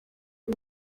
w’u